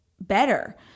better